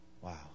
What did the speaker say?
Wow